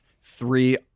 three